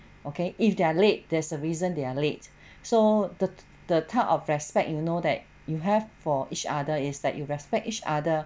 okay if they're late there's a reason they are late so the the type of respect you know that you have for each other is that you respect each other